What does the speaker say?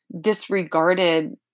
disregarded